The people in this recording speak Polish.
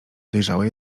dojrzałe